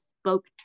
spoke